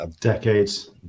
Decades